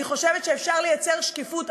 אני חושבת שאפשר לייצר שקיפות,